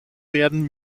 werden